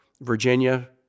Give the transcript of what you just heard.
Virginia